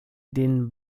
den